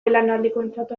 belaunaldikoentzat